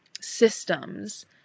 systems